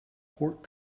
pork